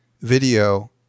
video